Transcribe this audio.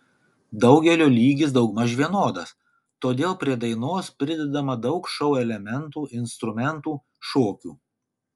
daugelio lygis daugmaž vienodas todėl prie dainos pridedama daug šou elementų instrumentų šokių